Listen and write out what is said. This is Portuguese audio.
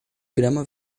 grama